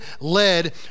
led